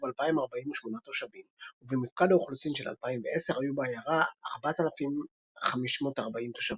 2,048 תושבים ובמפקד האוכלוסין של 2010 היו בעיירה 4,540 תושבים.